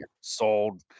sold